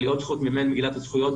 אבל היא עוד זכות מבין מגילת הזכויות,